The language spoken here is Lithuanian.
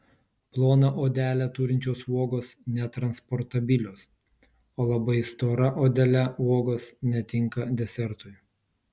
ploną odelę turinčios uogos netransportabilios o labai stora odele uogos netinka desertui